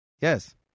Yes